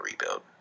rebuild